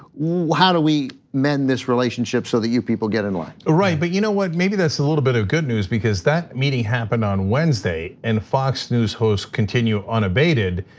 how do we mend this relationship so that you people get in line? right, but you know what, maybe that's a little bit of good news. because that meeting happened on wednesday and fox news hosts continue unabated.